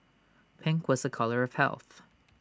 pink was A colour of health